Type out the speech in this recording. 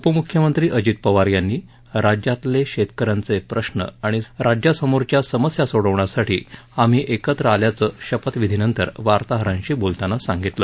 उपमुख्यमंत्री अजित पवार यांनी राज्यातले शेतकऱ्यांचे प्रश्न आणि राज्यासमोरच्या समस्या सोडवण्यासाठी आम्ही एकत्र आल्याचं शपथविधीनंतर वार्ताहरांशी बोलताना सांगितलं